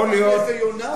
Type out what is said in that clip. האם נתניהו הפך לאיזו יונה,